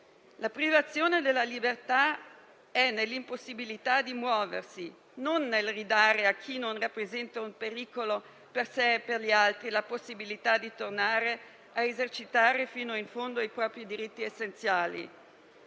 La privazione della libertà è nell'impossibilità di muoversi, non nel ridare a chi non rappresenta un pericolo per sé e per gli altri la possibilità di tornare a esercitare fino in fondo i propri diritti essenziali;